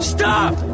Stop